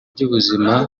by’ubuzima